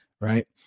Right